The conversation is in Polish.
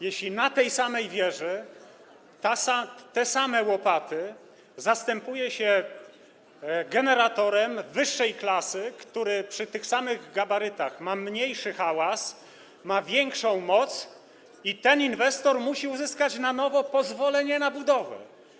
Jeśli na tej samej wieży te same łopaty zastępuje się generatorem wyższej klasy, który przy tych samych gabarytach wytwarza mniejszy hałas, ma większą moc, to ten inwestor musi uzyskać na nowo pozwolenie na budowę.